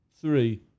Three